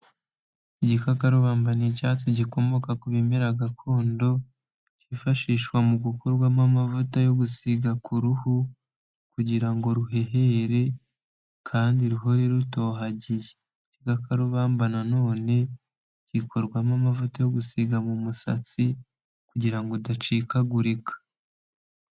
Igikakarubamba ni icyatsi gikomoka ku bimera gakondo, kifashishwa mu gukorwamo amavuta yo gusiga ku ruhu; kugira ngo ruhehere kandi ruhore rutohagiye. igikakarubamba na none gikorwamo amavuta yo gusiga mu musatsi kugirango udacikagurika.